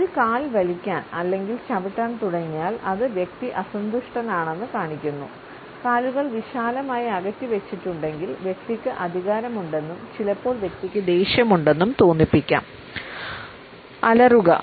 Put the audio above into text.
ഒരു കാൽ വലിക്കാൻ അല്ലെങ്കിൽ ചവിട്ടാൻ തുടങ്ങിയാൽ ഇത് വ്യക്തി അസന്തുഷ്ടനാണെന്ന് കാണിക്കുന്നു കാലുകൾ വിശാലമായി അകറ്റി വെച്ചിട്ടുണ്ടെങ്കിൽ വ്യക്തിക്ക് അധികാരമുണ്ടെന്നും ചിലപ്പോൾ വ്യക്തിക്ക് ദേഷ്യം ഉണ്ടെന്നും തോന്നിപ്പികാം അലറുക